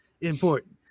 important